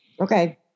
Okay